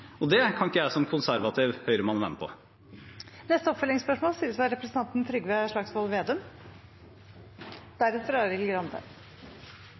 og det kan ikke jeg som konservativ høyremann være med på. Trygve Slagsvold Vedum – til oppfølgingsspørsmål.